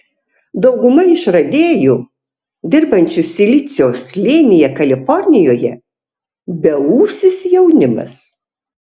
dauguma išradėjų dirbančių silicio slėnyje kalifornijoje beūsis jaunimas